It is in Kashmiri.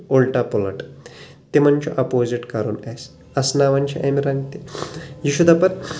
الٹا پلَٹ تِمن چھُ اپوزِٹ کرُن آسہ اسناوان چھِ امہِ رنٛگ تہِ یہِ چھُ دپان